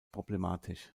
problematisch